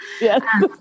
Yes